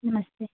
नमस्ते